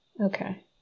Okay